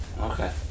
Okay